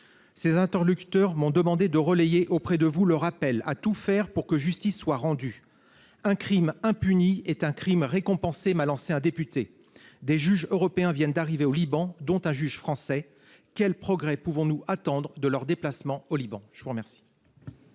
Mes interlocuteurs m'ont demandé de relayer auprès de vous, madame la ministre, leur appel à tout faire pour que justice soit rendue. « Un crime impuni est un crime récompensé », m'a lancé un député. Des juges européens viennent d'arriver à Beyrouth, dont un juge français. Quels progrès pouvons-nous attendre de leur déplacement au Liban ? La parole